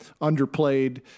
underplayed